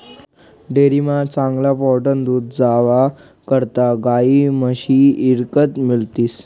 डेअरीमा चांगला फॅटनं दूध जावा करता गायी म्हशी ईकत मिळतीस